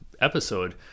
episode